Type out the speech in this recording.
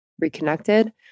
reconnected